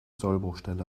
sollbruchstelle